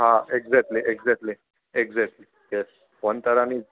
હા exactly exactly exactly yes વનતારાની